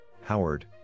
Howard